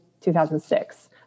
2006